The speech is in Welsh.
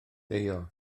deio